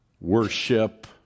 worship